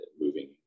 moving